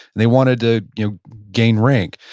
they wanted to you know gain rank.